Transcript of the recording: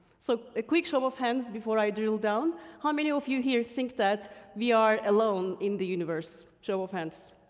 so, a quick show of hands before i drill down how many of you here think that we are alone in the universe? show of hands.